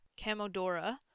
Camodora